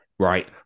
Right